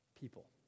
people